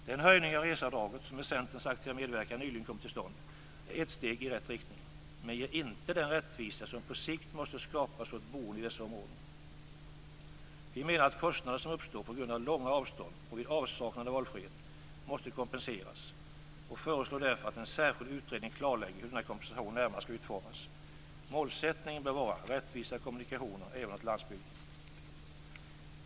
Den höjning av reseavdraget som med Centerns aktiva medverkan nyligen kommit till stånd är ett steg i rätt riktning men ger inte den rättvisa som på sikt måste skapas åt boende i dessa ormåden. Vi menar att kostnader som uppstår på grund av långa avstånd och vid avsaknad av valfrihet måste kompenseras och föreslår därför att en särskild utredning klarlägger hur denna kompensation närmare skall utformas. Målsättningen bör vara rättvisa kommunikationer även åt landsbygden.